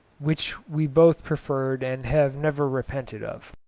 which we both preferred and have never repented of.